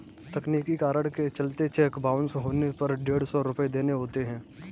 तकनीकी कारण के चलते चेक बाउंस होने पर डेढ़ सौ रुपये देने होते हैं